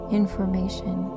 information